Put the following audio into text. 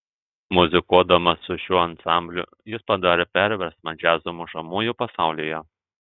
muzikuodamas su šiuo ansambliu jis padarė perversmą džiazo mušamųjų pasaulyje